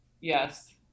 Yes